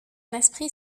esprit